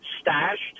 stashed